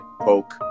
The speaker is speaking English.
poke